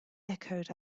echoed